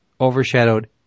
overshadowed